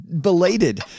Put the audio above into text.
belated